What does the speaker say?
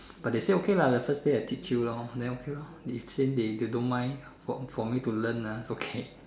but they say okay lah the first day I teach you lor then okay lor if since they don't mind for me to learn it's okay